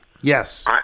Yes